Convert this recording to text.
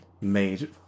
made